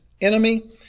enemy